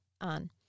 on